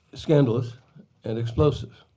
scandalous and explosive.